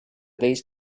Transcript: these